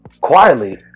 quietly